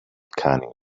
cunning